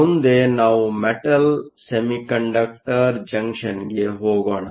ಮುಂದೆ ನಾವು metal semiconductor junction ಗೆ ಹೋಗೋಣ